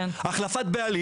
החלפת בעלים